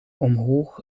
omhoog